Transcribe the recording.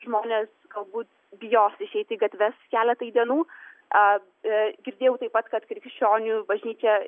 žmonės galbūt bijos išeiti į gatves keletai dienų a girdėjau taip pat kad krikščionių bažnyčia